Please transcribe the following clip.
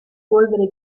polvere